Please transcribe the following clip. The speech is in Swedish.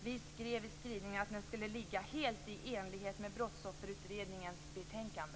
Vi skrev att den skulle vara helt i enlighet med